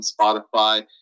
spotify